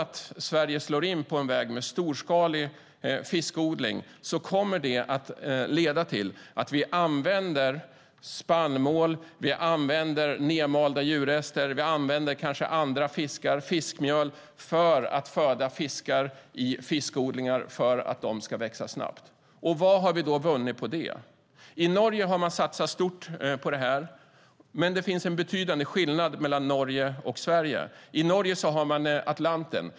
Om Sverige slår in på en väg med storskalig fiskodling kommer det att leda till att vi använder spannmål, nermalda djurrester, andra fiskar och fiskmjöl för att föda fiskar i fiskodlingar så att de ska växa snabbt. Vad vinner vi på det? I Norge har de satsat stort på detta, men det finns en betydande skillnad mellan Norge och Sverige. I Norge har de Atlanten.